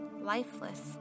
lifeless